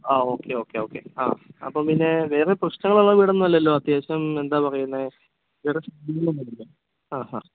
ആ okay okay okay ആ അപ്പം പിന്നെ വേറെ പ്രശ്നങ്ങളുള്ള വീടൊന്നുമല്ലല്ലോ അത്യാവശ്യം എന്താ പറയുന്നത് ആ ആ